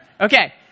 Okay